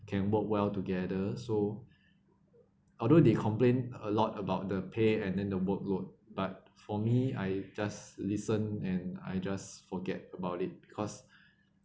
can work well together so although they complain a lot about the pay and then the work load but for me I just listen and I just forget about it because